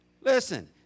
Listen